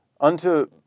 unto